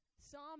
Psalm